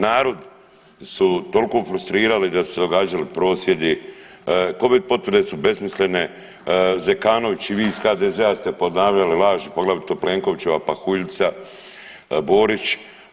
Narod su toliko ufrustrirali da su se događali prosvjedi, covid potvrde su besmislene, Zekanović i vi ih HDZ-a ste ponavljali laže poglavito Plenkovićeva pahuljica Borić.